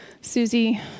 Susie